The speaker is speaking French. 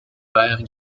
verts